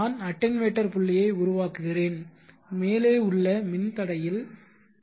நான் அட்டென்யூட்டர் புள்ளியை உருவாக்குகிறேன் மேலே உள்ள மின் தடையில் 10